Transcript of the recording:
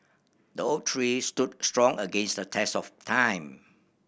the oak tree stood strong against the test of time